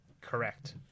Correct